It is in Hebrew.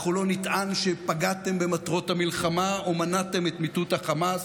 אנחנו לא נטען שפגעתם במטרות המלחמה או מנעתם את מיטוט חמאס.